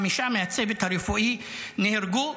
חמישה מהצוות הרפואי נהרגו,